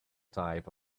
type